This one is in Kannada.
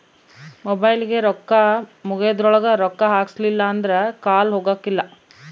ಮೊಬೈಲಿಗೆ ರೊಕ್ಕ ಮುಗೆದ್ರೊಳಗ ರೊಕ್ಕ ಹಾಕ್ಸಿಲ್ಲಿಲ್ಲ ಅಂದ್ರ ಕಾಲ್ ಹೊಗಕಿಲ್ಲ